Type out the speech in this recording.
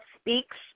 speaks